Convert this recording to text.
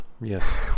Yes